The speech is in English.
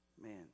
Man